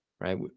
right